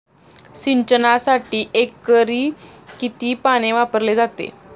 सिंचनासाठी एकरी किती पाणी वापरले जाते?